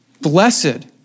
Blessed